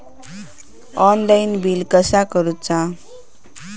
Online bill कसा करुचा?